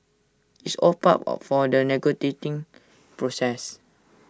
it's all part of for the process